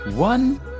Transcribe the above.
One